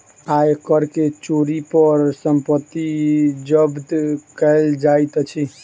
आय कर के चोरी पर संपत्ति जब्त कएल जाइत अछि